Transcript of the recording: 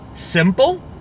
simple